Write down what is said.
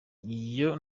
iyo